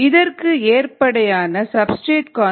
இதற்கு ஏற்படையான substrate concentration 18